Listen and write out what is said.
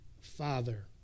Father